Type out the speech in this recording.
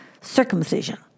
circumcision